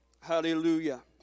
Hallelujah